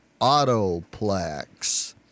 Autoplex